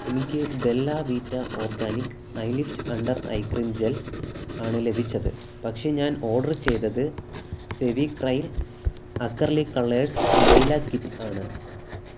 എനിക്ക് Bella Vita organic eye lift under eye cream gel ആണ് ലഭിച്ചത് പക്ഷേ ഞാൻ ഓർഡർ ചെയ്തത് Fevicryl acrylic colours lilac kit ആണ്